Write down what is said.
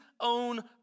own